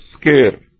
scared